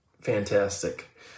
fantastic